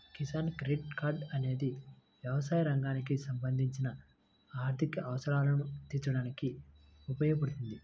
Kisan credit card అనేది వ్యవసాయ రంగానికి సంబంధించిన ఆర్థిక అవసరాలను తీర్చడానికి ఉపయోగపడుతుంది